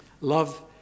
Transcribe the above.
love